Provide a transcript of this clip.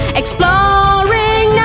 exploring